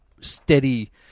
steady